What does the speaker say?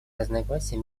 разногласия